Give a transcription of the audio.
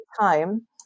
time